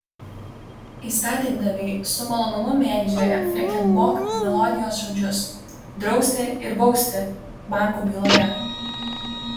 įstatymdaviai su malonumu mėgdžioja freken bok melodijos žodžius drausti ir bausti bankų byloje